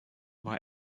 war